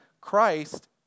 Christ